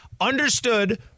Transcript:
understood